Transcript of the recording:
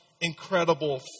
incredible